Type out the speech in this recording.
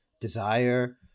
desire